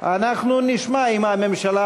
אנחנו נשמע אם הממשלה,